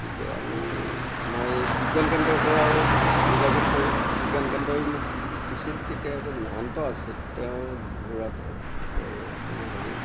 গতিকে আমি মই বিজ্ঞান কেন্দ্ৰৰ পৰাও যোগাযোগ কৰোঁ গতিকে বিজ্ঞান কেন্দ্ৰয়ো মোক দিছিল তেতিয়া এজন মহন্ত আছিল তেওঁ যোৰহাটৰ এই আপোনাৰ হেৰি